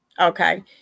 okay